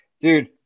dude